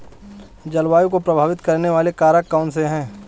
जलवायु को प्रभावित करने वाले कारक कौनसे हैं?